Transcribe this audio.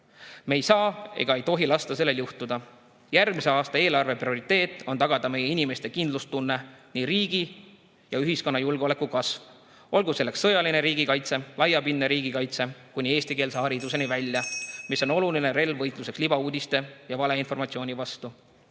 Me ei saa ega tohi lasta sellel juhtuda. Järgmise aasta eelarve prioriteet on tagada meie inimeste kindlustunne, riigi ja ühiskonna julgeoleku kasv, olgu selleks sõjaline riigikaitse, laiapindne riigikaitse kuni eestikeelse hariduseni välja, mis on oluline relv võitluses libauudiste ja valeinformatsiooni vastu.